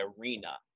arena